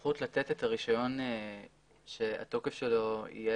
הסמכות לתת את הרישיון שהתוקף שלו יהיה